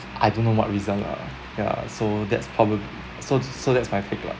I don't know what reason lah ya so that's probably so so that's my take lah ya mm ya mm